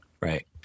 Right